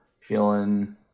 feeling